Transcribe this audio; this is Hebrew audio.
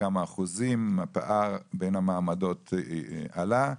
בכמה אחוזים הפער בין המעמדות עלה.